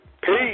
Peace